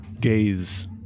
gaze